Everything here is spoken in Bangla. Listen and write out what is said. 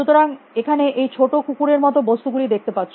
সুতরাং এখানে এই ছোটো কুকুরের মত বস্তু গুলি দেখতে পারছ